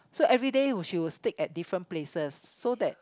so everyday will she will stick at different places so that